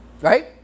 Right